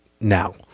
now